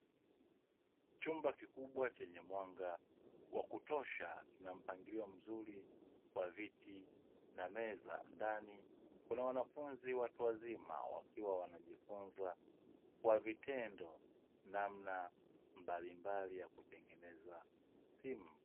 Chumba kikubwa chenye mwanga wa kutosha kina mpangilio mzuri wa viti na meza ndani kuna wanafunzi watu wazima wakiwa wanajifunza kwa vitendo namna mbalimbali ya kutengeneza simu.